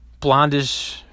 blondish